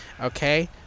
Okay